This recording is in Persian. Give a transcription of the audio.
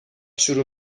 شروع